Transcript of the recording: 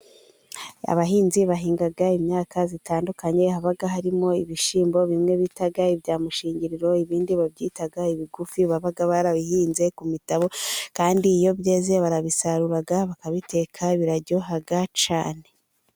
Abahinzi bahinga imyaka itandukanye haba harimo ibishyimbo bimwe bita ibya mushingiriro, ibindi babyita ibigufi, baba barabihinze ku mitabu kandi iyo byeze barabisaru bakabiteka biraryoha cyane.